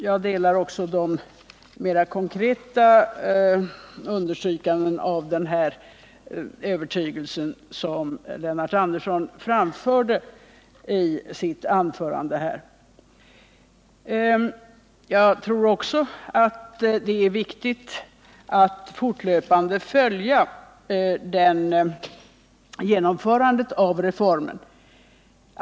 Jag delar också de mera konkreta understrykningar av denna övertygelse som Lennart Andersson gjorde i sitt anförande. Även jag tror att det är viktigt att fortlöpande följa genomförandet av reformen.